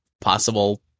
possible